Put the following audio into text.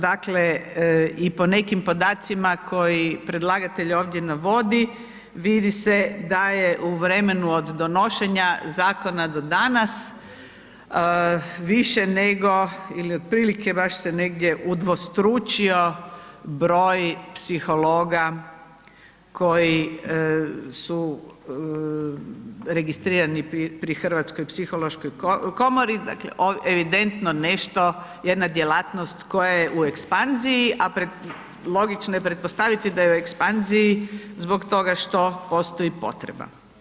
Dakle i po nekim podacima koje predlagatelj ovdje navodi vidi se da je u vremenu od donošenja zakona do danas više nego ili otprilike baš se negdje udvostručio broj psihologa koji su registrirani pri Hrvatskoj psihološkoj komori, dakle evidentno nešto, jedna djelatnost koja je u ekspanziji a logično je pretpostaviti da je u ekspanziji zbog toga što postoji potreba.